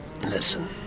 Listen